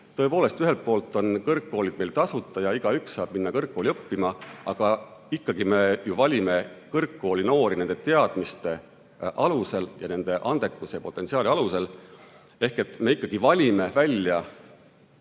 Tõepoolest, ühelt poolt on kõrgkoolid meil tasuta ja igaüks saab minna kõrgkooli õppima, aga ikkagi me ju valime kõrgkooli noori nende teadmiste, andekuse ja potentsiaali alusel ehk me valime välja